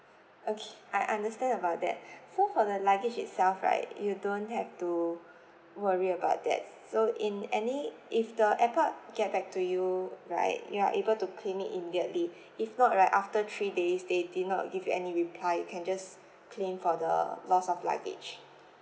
okay I understand about that so for the luggage itself right you don't have to worry about that so in any if the airport get back to you right you are able to claim it immediately if not right after three days they did not give you any reply you can just claim for the loss of luggage